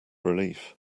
relief